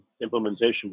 implementation